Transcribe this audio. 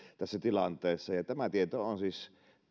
tässä tilanteessa tämä tieto on siis